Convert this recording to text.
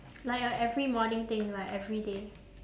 like a every morning thing like everyday